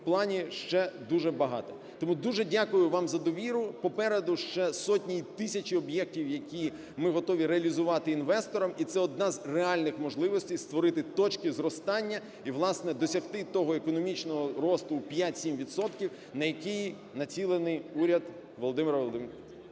плані ще дуже багато. Тому дуже дякую вам за довіру. Попереду ще сотні і тисячі об'єктів, які ми готові реалізувати інвесторам, і це одна з реальних можливостей створити точки зростання і, власне, досягти того економічного росту в 5-7 відсотків, на який націлений уряд Володимира...